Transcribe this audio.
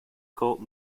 court